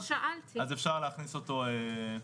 אז אפשר להכניס אותו לחוק.